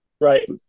Right